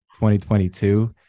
2022